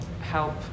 help